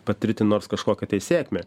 patirti nors kažkokią sėkmę